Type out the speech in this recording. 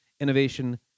Innovation